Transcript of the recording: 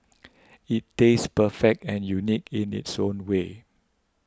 it tastes perfect and unique in its own way